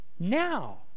Now